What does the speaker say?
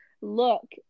Look